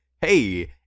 Hey